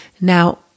Now